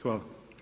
Hvala.